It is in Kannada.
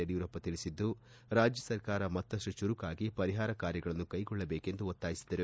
ಯಡಿಯೂರಪ್ಪ ತಿಳಿಸಿದ್ದು ರಾಜ್ಯ ಸರ್ಕಾರ ಮತ್ತಪ್ಪು ಚುರುಕಾಗಿ ಪರಿಹಾರ ಕಾರ್ಯಗಳನ್ನು ಕೈಗೊಳ್ಳಬೇಕೆಂದು ಒತ್ತಾಯಿಸಿದ್ದಾರೆ